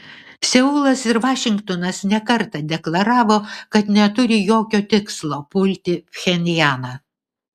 seulas ir vašingtonas ne kartą deklaravo kad neturi jokio tikslo pulti pchenjaną